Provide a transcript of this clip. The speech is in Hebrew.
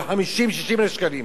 ב-50,000 60,000 שקלים,